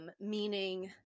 Meaning